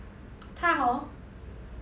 他 hor